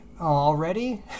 already